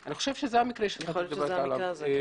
אני חושב שזה המקרה שדיברת עליו.